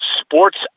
sports